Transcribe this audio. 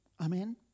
Amen